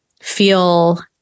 Feel